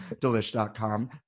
Delish.com